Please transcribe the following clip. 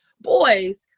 boys